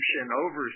over